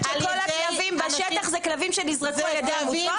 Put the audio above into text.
שכל הכלבים בשטח זה כלבים שנזרקו על ידי עמותות?